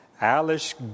Alice